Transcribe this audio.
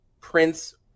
Prince